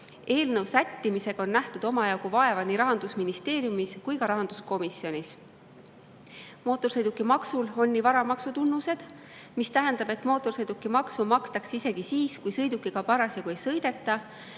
Eelnõu sättimisega on nähtud omajagu vaeva nii Rahandusministeeriumis kui ka rahanduskomisjonis. Mootorsõidukimaksul on nii varamaksu tunnused – mootorsõidukimaksu makstakse isegi siis, kui sõidukiga parasjagu ei sõideta